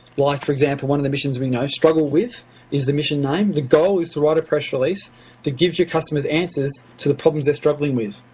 like for example one of the missions, i mean lstruggle with' is the mission name. the goal is to write a press release that gives your customers answers to the problems they're struggling with.